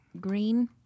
green